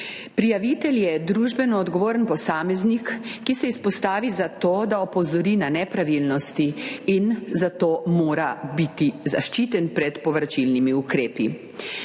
Prijavitelj je družbeno odgovoren posameznik, ki se izpostavi zato, da opozori na nepravilnosti, in zato mora biti zaščiten pred povračilnimi ukrepi.